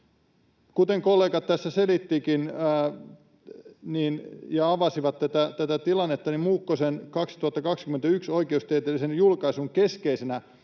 Kuten kollegat tässä selittivätkin ja avasivat tätä tilannetta, niin Muukkosen vuoden 2021 oikeustieteellisen julkaisun keskeisenä